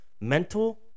Mental